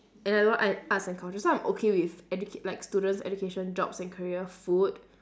and I don't want ar~ arts and culture so I'm okay with educate like students education jobs and career food